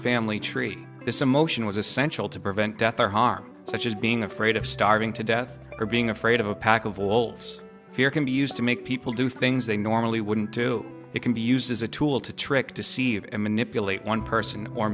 family tree this emotion was essential to prevent death or harm such as being afraid of starving to death or being afraid of a pack of wolves fear can be used to make people do things they normally wouldn't do it can be used as a tool to trick to see it and manipulate one person or